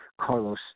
Carlos